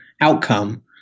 outcome